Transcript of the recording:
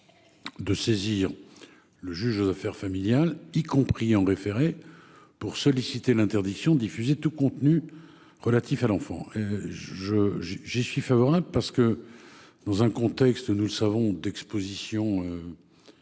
de saisir le juge aux affaires familiales, y compris en référé, pour solliciter l'interdiction de diffuser tout contenu relatif à l'enfant. J'y suis favorable, parce que, dans un contexte d'exposition accrue